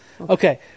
Okay